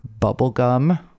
bubblegum